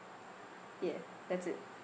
ya that's it